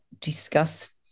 discussed